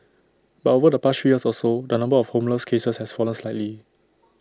but over the past three years or so the number of homeless cases has fallen slightly